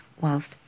whilst